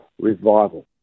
revival